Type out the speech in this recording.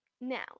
now